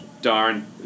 Darn